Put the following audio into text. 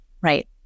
Right